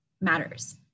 matters